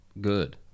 good